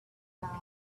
dark